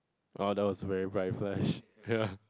adult is very right flesh ya